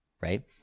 right